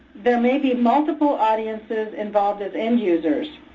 there may be multiple audiences involved as end users,